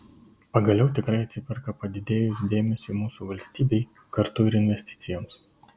pagaliau tikrai atsiperka padidėjus dėmesiui mūsų valstybei kartu ir investicijoms